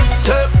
step